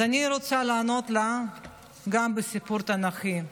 אז אני רוצה לענות לה גם בסיפור תנ"כי,